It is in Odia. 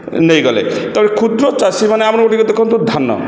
ନେଇଗଲେ ତେଣୁ କ୍ଷୁଦ୍ର ଚାଷୀମାନେ ଆମର ଏଗୁଡ଼ିକ ଦେଖନ୍ତୁ ଧାନ